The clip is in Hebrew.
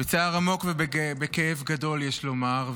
בצער עמוק ובכאב גדול, יש לומר.